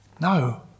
No